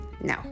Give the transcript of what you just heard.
no